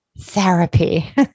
therapy